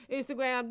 Instagram